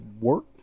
work